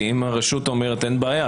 אם הרשות אומרת שאין בעיה,